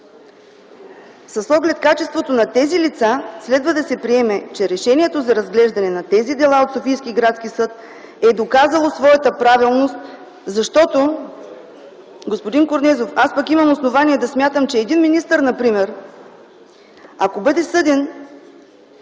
С оглед качеството на тези лица, следва се приеме, че решението за разглеждане на тези дела от Софийския градски съд е доказало своята правилност, защото, господин Корнезов, имам основание да смятам, че ако един министър бъде съден